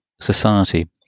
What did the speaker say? society